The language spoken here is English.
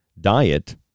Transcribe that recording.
diet